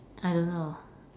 I don't know